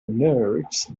nerds